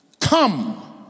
Come